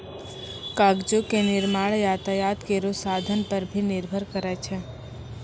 कागजो क निर्माण यातायात केरो साधन पर भी निर्भर करै छै